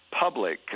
public